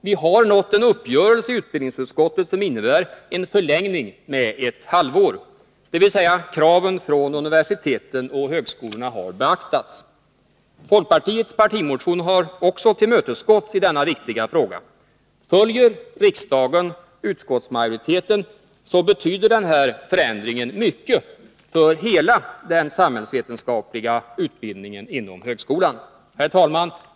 Vi har nått en uppgörelse i utbildningsutskottet, som innebär en förlängning med ett halvår, vilket innebär att kraven från universiteten och högskolorna har beaktats. Folkpartiets partimotion har alltså tillmötesgåtts i denna viktiga fråga. Följer riksdagen utskottsmajoriteten, betyder den här förändringen mycket för hela den samhällsvetenskapliga utbildningen inom högskolan. Herr talman!